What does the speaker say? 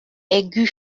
aiguë